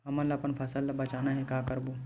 हमन ला अपन फसल ला बचाना हे का करबो?